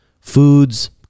foods